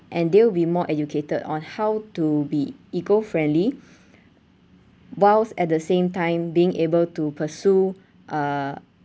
and they'll be more educated on how to be eco-friendly whilst at the same time being able to pursue uh